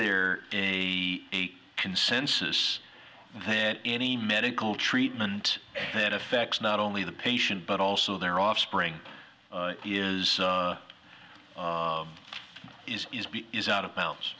there a consensus that any medical treatment that affects not only the patient but also their offspring is is is is out of bounds